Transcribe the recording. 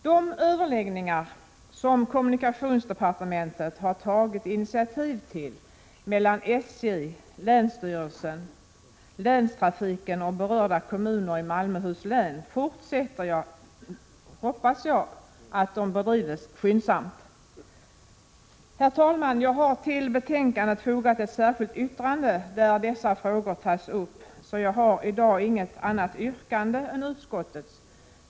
De överläggningar som kommunikationsdepartementet har tagit initiativ till mellan SJ, länsstyrelsen, länstrafiknämnden och berörda kommuner i Malmöhus län förutsätter jag bedrivs skyndsamt. Herr talman! Jag har till betänkandet fogat ett särskilt yttrande där dessa frågor tas upp, så jag har i dag inget annat yrkande än utskottets.